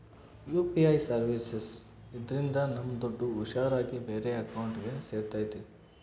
UPI services ಇದ್ರಿಂದ ನಮ್ ದುಡ್ಡು ಹುಷಾರ್ ಆಗಿ ಬೇರೆ ಅಕೌಂಟ್ಗೆ ಸೇರ್ತೈತಿ